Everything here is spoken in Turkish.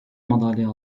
madalya